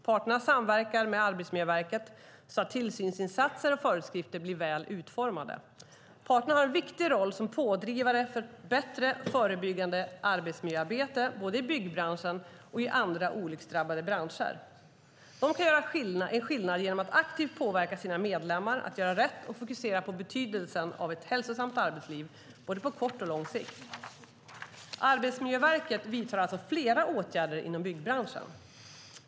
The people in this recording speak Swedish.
Parterna samverkar med Arbetsmiljöverket så att tillsynsinsatser och föreskrifter blir väl utformade. Parterna har en viktig roll som pådrivare för bättre förebyggande arbetsmiljöarbete, både i byggbranschen och i andra olycksdrabbade branscher. De kan göra skillnad genom att aktivt påverka sina medlemmar att göra rätt och fokusera på betydelsen av ett hälsosamt arbetsliv, både på kort och på lång sikt. Arbetsmiljöverket vidtar alltså flera åtgärder inom byggbranschen.